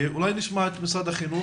נשמע את משרד החינוך,